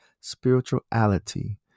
spirituality